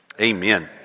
Amen